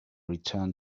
return